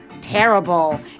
terrible